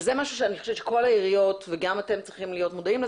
וזה משהו שאני חושבת שכל העיריות וגם אתם צריכים להיות מודעים לו